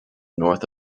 north